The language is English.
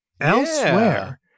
Elsewhere